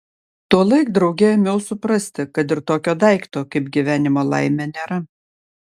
tuolaik drauge ėmiau suprasti kad ir tokio daikto kaip gyvenimo laimė nėra